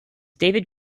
david